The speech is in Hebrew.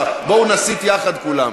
בואו נסית יחד כולם.